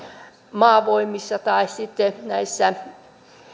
maavoimissa tai sitten näissä